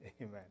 Amen